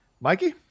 mikey